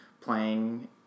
playing